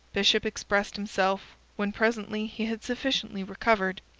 bishop expressed himself when presently he had sufficiently recovered.